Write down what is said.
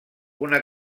una